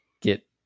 get